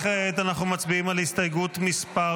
כעת אנחנו מצביעים על הסתייגות מס'